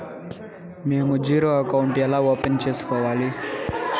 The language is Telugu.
మేము జీరో అకౌంట్ ఎలా ఓపెన్ సేసుకోవాలి